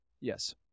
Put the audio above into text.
Yes